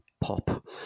pop